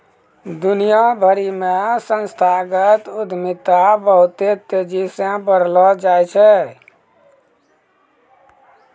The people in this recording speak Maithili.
दुनिया भरि मे संस्थागत उद्यमिता बहुते तेजी से बढ़लो छै